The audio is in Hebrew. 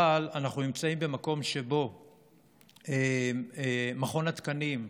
אבל אנחנו נמצאים במקום שמכון התקנים,